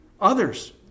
others